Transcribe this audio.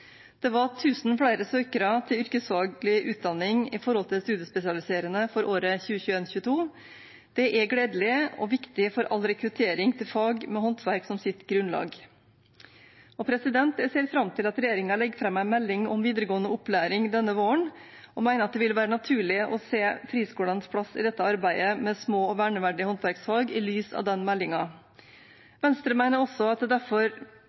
Det var tusen flere søkere til yrkesfaglig utdanning enn til studiespesialisering for året 2021–2022. Det er gledelig og viktig for all rekruttering til fag med håndverk som grunnlag. Jeg ser fram til at regjeringen legger fram en melding om videregående opplæring denne våren, og mener det vil være naturlig å se friskolenes plass i arbeidet med små og verneverdige håndverksfag i lys av den meldingen. Venstre mener også at det derfor